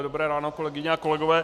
Dobré ráno, kolegyně a kolegové.